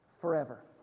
forever